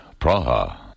Praha